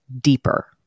deeper